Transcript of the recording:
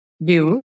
view